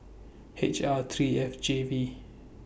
H R three F J V